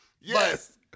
Yes